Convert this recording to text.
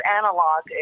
analog